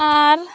ᱟᱨ